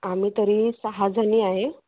आम्ही तरी सहा जणी आहे